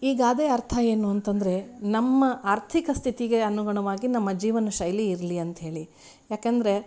ಈ ಗಾದೆ ಅರ್ಥ ಏನು ಅಂತಂದರೆ ನಮ್ಮ ಆರ್ಥಿಕ ಸ್ಥಿತಿಗೆ ಅನುಗುಣವಾಗಿ ನಮ್ಮ ಜೀವನ ಶೈಲಿ ಇರಲಿ ಅಂಥೇಳಿ ಯಾಕೆಂದ್ರೆ